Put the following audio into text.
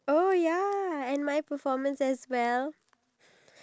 majority of the people like right now